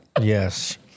Yes